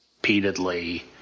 repeatedly